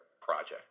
project